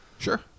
Sure